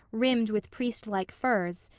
rimmed with priest-like firs,